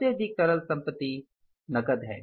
सबसे अधिक तरल चालू संपत्ति नकदी है